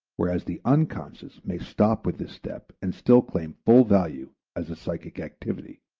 whereas the unconscious may stop with this step and still claim full value as a psychic activity.